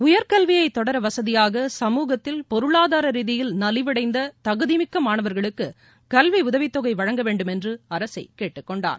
உயர்கல்வியை தொடர வசதியாக சமூகத்தில் பொருளாதார ரீதியில் நலிவடைந்த தகுதிமிக்க மாணவர்களுக்கு கல்வி உதவித்தொகை வழங்க வேண்டும் என்று அரசை கேட்டுக்கொண்டார்